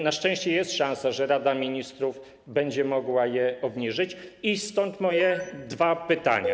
Na szczęście jest szansa, że Rada Ministrów będzie mogła je obniżyć i stąd moje dwa pytania.